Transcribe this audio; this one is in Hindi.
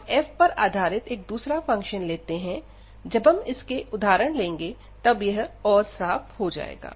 हम f पर आधारित एक दूसरा फंक्शन लेते हैं जब हम इसके उदाहरण लेंगे तब यह और साफ हो जाएगा